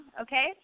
okay